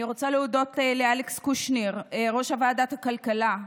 אני רוצה להודות לאלכס קושניר, ראש ועדת הכלכלה.